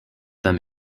them